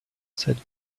said